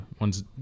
one's